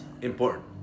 important